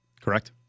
Correct